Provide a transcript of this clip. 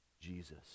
Jesus